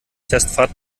testfahrt